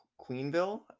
Queenville